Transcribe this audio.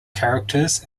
characters